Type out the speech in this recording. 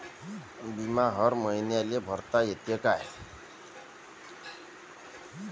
बिमा हर मईन्याले भरता येते का?